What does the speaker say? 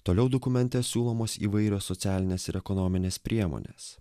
toliau dokumente siūlomos įvairios socialinės ir ekonominės priemonės